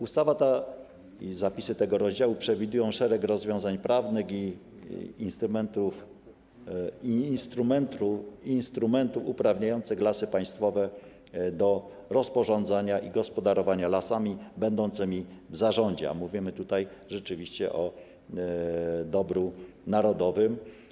Ustawa ta i zapisy tego rozdziału przewidują szereg rozwiązań prawnych i instrumenty uprawniające Lasy Państwowe do rozporządzania i gospodarowania lasami będącymi w zarządzie, a mówimy tutaj rzeczywiście o dobru narodowym.